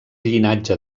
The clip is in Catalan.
llinatge